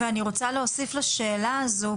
ואני רוצה להוסיף לשאלה הזו,